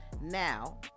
Now